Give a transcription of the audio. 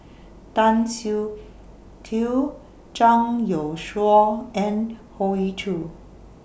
Tan Siak Kew Zhang Youshuo and Hoey Choo